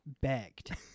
begged